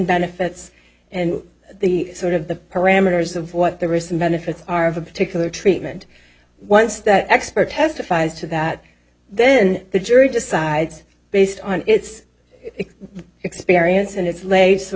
benefits and the sort of the parameters of what the risks and benefits are of a particular treatment once that expert testifies to that then the jury decides based on its experience and its late sort